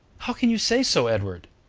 how can you say so, edward!